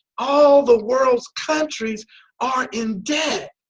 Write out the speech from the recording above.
all the world's countries are in debt!